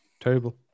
terrible